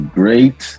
great